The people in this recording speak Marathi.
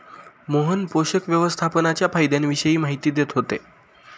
मोहन पोषक व्यवस्थापनाच्या फायद्यांविषयी माहिती देत होते